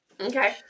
Okay